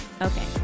Okay